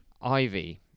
Ivy